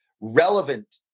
relevant